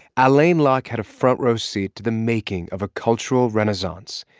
alain locke had a front-row seat to the making of a cultural renaissance.